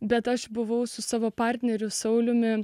bet aš buvau su savo partneriu sauliumi